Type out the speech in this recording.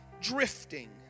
drifting